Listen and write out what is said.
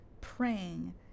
praying